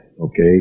okay